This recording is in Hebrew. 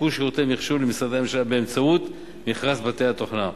סיפקו שירותי מחשוב למשרדי הממשלה באמצעות מכרז בתי-התוכנה.